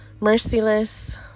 merciless